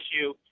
issue